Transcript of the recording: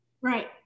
right